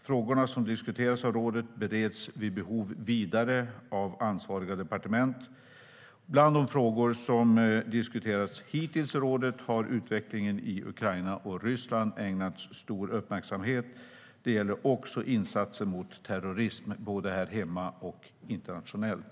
Frågorna som diskuterats av rådet bereds vid behov vidare av ansvariga departement. Bland de frågor som diskuterats hittills i rådet har utvecklingen i Ukraina och Ryssland ägnats stor uppmärksamhet. Det gäller också insatser mot terrorism, både här hemma och internationellt.